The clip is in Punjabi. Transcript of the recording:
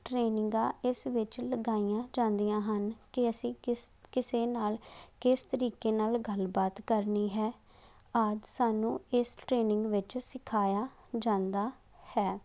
ਟਰੇਨਿੰਗਾਂ ਇਸ ਵਿੱਚ ਲਗਾਈਆਂ ਜਾਂਦੀਆਂ ਹਨ ਕਿ ਅਸੀਂ ਕਿਸ ਕਿਸੇ ਨਾਲ ਕਿਸ ਤਰੀਕੇ ਨਾਲ ਗੱਲਬਾਤ ਕਰਨੀ ਹੈ ਆਦਿ ਸਾਨੂੰ ਇਸ ਟ੍ਰੇਨਿੰਗ ਵਿੱਚ ਸਿਖਾਇਆ ਜਾਂਦਾ ਹੈ